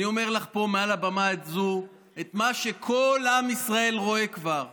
אני אומר לך פה מעל הבמה הזו את מה שכל עם ישראל רואה כבר: